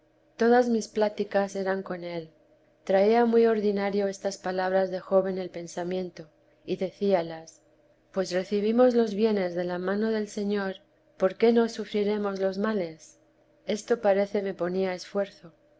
todas mis pláticas eran con él traía muy ordinario estas palabras de job en el pensamiento y decíalas pues recibimos los bienes de la mano del señor por qué no sufriremos los males esto parece me ponía esfuerzo